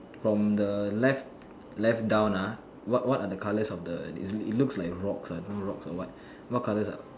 from the left left down ah what what are the colours of the it it looks like rocks ah I don't know rocks or what what colours are